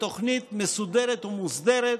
כתוכנית מסודרת ומוסדרת.